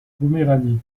poméranie